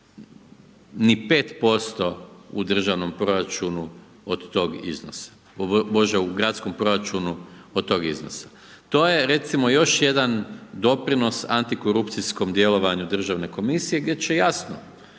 Bože u gradskom proračunu od tog iznosa. To je recimo, još jedan doprinos antikorupcijskom djelovanje Državne komisije, gdje će jasno